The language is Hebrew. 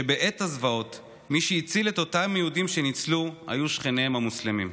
שבעת הזוועות מי שהציל את אותם יהודים שניצלו היו שכניהם המוסלמים.